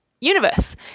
universe